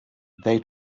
they